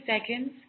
seconds